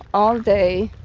all day,